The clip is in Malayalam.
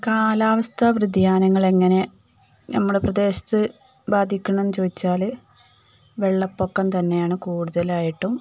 കാലാവസ്ഥ വൃതിയാനങ്ങൾ എങ്ങനെ നമ്മുടെ പ്രദേശത്തെ ബാധിക്കുന്നു എന്ന് ചോദിച്ചാൽ വെള്ളപ്പൊക്കം തന്നെയാണ് കൂടുതലായിട്ടും